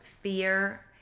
fear